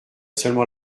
seulement